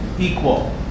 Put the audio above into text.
equal